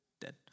dead